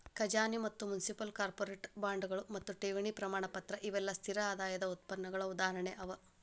ಖಜಾನಿ ಮತ್ತ municipal, corporate ಬಾಂಡ್ಗಳು ಮತ್ತು ಠೇವಣಿ ಪ್ರಮಾಣಪತ್ರ ಇವೆಲ್ಲಾ ಸ್ಥಿರ ಆದಾಯದ್ ಉತ್ಪನ್ನಗಳ ಉದಾಹರಣೆ ಅವ